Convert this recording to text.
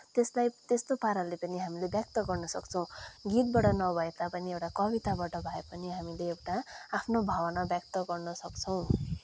त्यसलाई त्यस्तो पाराले पनि हामीले व्यक्त गर्न सक्छौँ गीतबाट नभए तापनि एउटा कविताबाट भए पनि हामीले एउटा आफ्नो भावना व्यक्त गर्न सक्छौँ